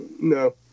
No